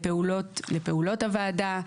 לפעולות הוועדה.